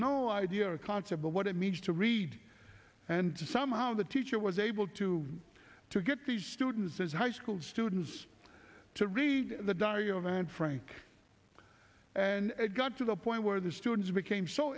no idea a concept of what it means to read and somehow the teacher was able to to get these students his high school students to read the diary of anne frank and it got to the point where the students became so